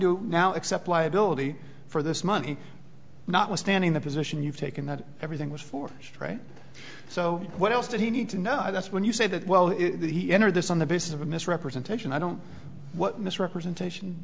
to now accept liability for this money notwithstanding the position you've taken that everything was for straight so what else did he need to know that's when you say that well if he entered this on the basis of a misrepresentation i don't what misrepresentation